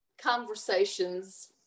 conversations